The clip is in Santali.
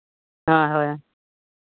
ᱦᱮᱸ ᱦᱮᱸ